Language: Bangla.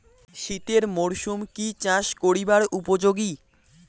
শীতের মরসুম কি চাষ করিবার উপযোগী?